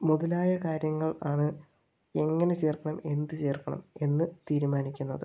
മുതലായ കാര്യങ്ങൾ ആണ് എങ്ങനെ ചേർക്കണം എന്ത് ചേർക്കണം എന്ന് തീരുമാനിക്കുന്നത്